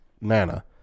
Nana